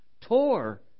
tore